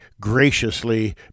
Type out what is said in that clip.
graciously